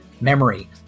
memory